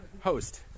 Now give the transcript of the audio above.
host